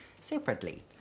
separately